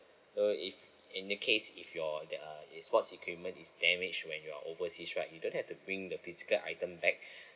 so if in the case if your uh your sports equipment is damaged when you're overseas right you don't have to bring the physical items back